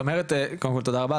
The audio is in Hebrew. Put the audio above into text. תודה רבה.